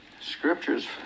Scriptures